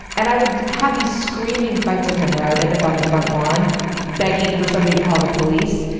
and i would have these screaming fights with him where i would end up on the front lawn begging for somebody to call the police,